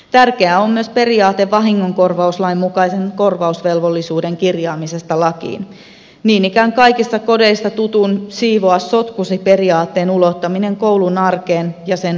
tärkeä on myös periaate vahingonkorvauslain mukaisen korvausvelvollisuuden kirjaamisesta lakiin niin ikään kaikista kodeista tutun siivoa sotkusi periaatteen ulottaminen koulun arkeen ja sen luonnolliseksi osaksi